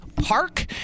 park